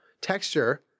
Texture